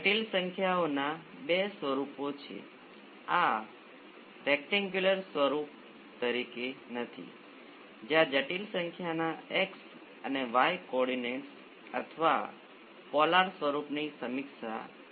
દાખલા તરીકે આ એક ઉદાહરણ છે ચાલો કહીએ કે કયા પ્રકારની સર્કિટ છે તે તરત જ સ્પષ્ટ થતું નથી પરંતુ ફરીથી જો તમે V s ને 0 પર સેટ કરો છો તો પછી તેમને આ તરફ જોતા તમારી પાસે એક જ રેઝિસ્ટર R 1 સમાંતરમાં R 2 છે